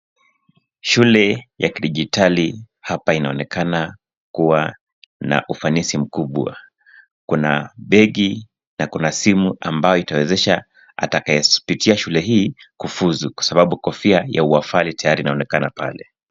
Shule ya kidijitali hapa inaonekana kuwa na ufanisi mkubwa. Kuna begi na kuna simu ambayo itawezesha atakaye pitia shule hii kufuzu kwa sababu kofia ya uhafali tayari inaonekana pale.